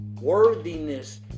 worthiness